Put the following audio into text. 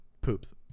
poops